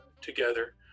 together